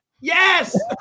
Yes